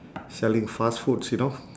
selling fast foods you know